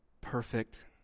perfect